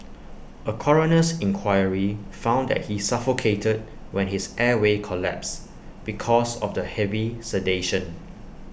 A coroner's inquiry found that he suffocated when his airway collapsed because of the heavy sedation